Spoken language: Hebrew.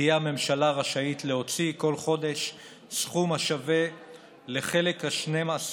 תהיה הממשלה רשאית להוציא כל חודש סכום השווה לחלק ה-12,